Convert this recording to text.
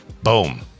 Boom